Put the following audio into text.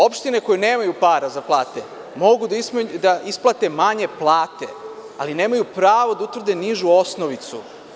Opštine koje nemaju para za plate mogu da isplate manje plate, ali nemaju pravo da utvrde nižu osnovicu.